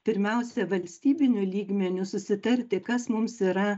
pirmiausia valstybiniu lygmeniu susitarti kas mums yra